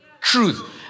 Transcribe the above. truth